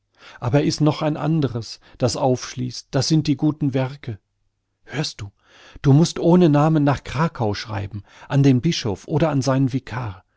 aber is noch ein andres das aufschließt das sind die guten werke hörst du du mußt ohne namen nach krakau schreiben an den bischof oder an seinen vikar